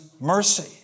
mercy